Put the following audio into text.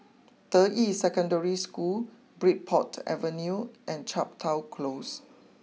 Deyi Secondary School Bridport Avenue and Chepstow close